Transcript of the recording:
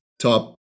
top